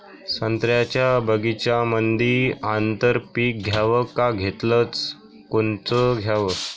संत्र्याच्या बगीच्यामंदी आंतर पीक घ्याव का घेतलं च कोनचं घ्याव?